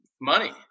Money